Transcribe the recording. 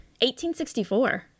1864